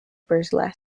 burlesque